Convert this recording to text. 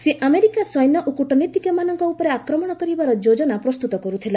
ସେ ଆମେରିକା ସୈନ୍ୟ ଓ କୂଟନୀତିଜ୍ଞମାନଙ୍କ ଉପରେ ଆକ୍ରମଣ କରିବାର ଯୋଜନା ପ୍ରସ୍ତୁତ କରୁଥିଲା